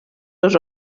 dos